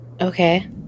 okay